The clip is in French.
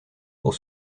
pour